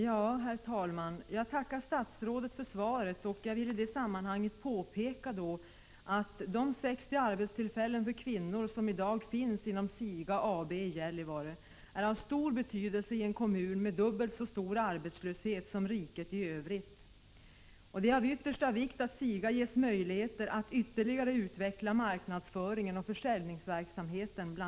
Herr talman! Jag tackar statsrådet för svaret. Jag vill i detta sammanhang påpeka att de 60 arbetstillfällen för kvinnor som i dag finns inom SIGA AB i Gällivare är av stor betydelse i en kommun med dubbelt så stor arbetslöshet som riket i övrigt. Det är av yttersta vikt att SIGA ges möjligheter att ytterligare utveckla bl.a. marknadsföringen och försäljningsverksamheten.